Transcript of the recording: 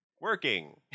Working